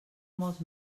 molts